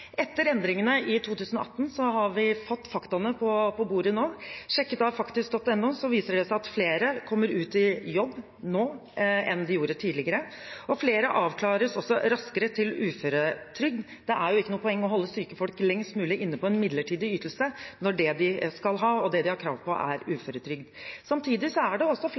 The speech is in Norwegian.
etter hensikten. Etter endringene i 2018 har vi nå fått faktaene på bordet. Sjekket av faktisk.no viser det seg at flere kommer ut i jobb nå enn det gjorde tidligere, og flere avklares også raskere til uføretrygd. Det er jo ikke noe poeng å holde syke folk lengst mulig inne på en midlertidig ytelse når det de skal ha og det de har krav på, er uføretrygd. Samtidig er det også